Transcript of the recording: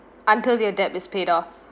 until your debt is pay off